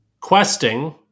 questing